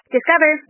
Discover